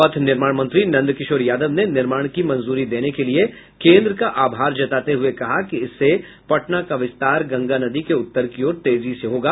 पथ निर्माण मंत्री नंदकिशोर यादव ने निर्माण की मंजूरी देने के लिए केन्द्र का आभार जताते हुए कहा कि इससे पटना का विस्तार गंगा नदी के उत्तर की ओर तेजी से होगा